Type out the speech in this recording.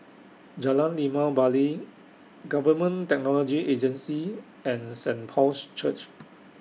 Jalan Limau Bali Government Technology Agency and Saint Paul's Church